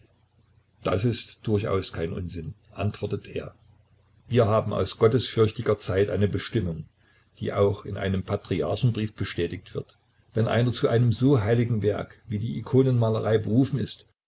das ist durchaus kein unsinn antwortet er wir haben aus gottesfürchtiger zeit eine bestimmung die auch in einem patriarchenbrief bestätigt wird wenn einer zu einem so heiligen werk wie die ikonenmalerei berufen ist